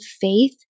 faith